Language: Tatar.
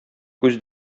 күз